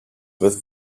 with